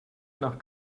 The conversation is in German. nach